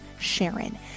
Sharon